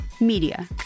media